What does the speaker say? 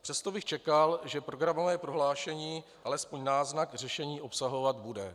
Přesto bych čekal, že programové prohlášení alespoň náznak řešení obsahovat bude.